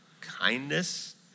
kindness